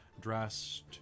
dressed